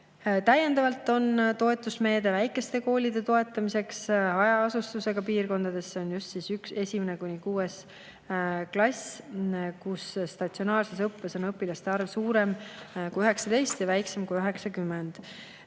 Täiendavalt on toetusmeede väikeste koolide toetamiseks hajaasustusega piirkondades. [Need on koolid,] kus 1.–6. klassis statsionaarses õppes on õpilaste arv suurem kui 19 ja väiksem kui 90.